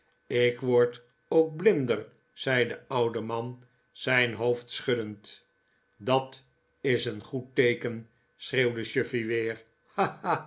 ik word ook blinder zei de oude man zijn hoofd schuddend dat is een goed teeken schreeuwde chuffey weer